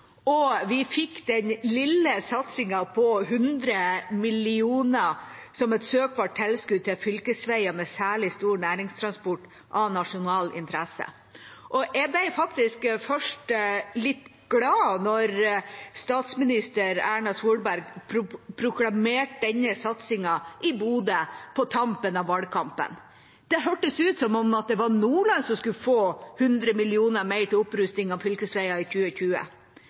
og vi fikk den lille satsingen på 100 mill. kr som et søkbart tilskudd til fylkesveier med særlig stor næringstransport av nasjonal interesse. Jeg ble først litt glad da statsminister Erna Solberg proklamerte denne satsingen i Bodø på tampen av valgkampen. Det hørtes ut som om det var Nordland som skulle få 100 mill. kr mer til opprustning av fylkesveier i 2020.